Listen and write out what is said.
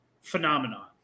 phenomenon